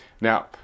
Now